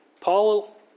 Paul